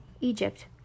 Egypt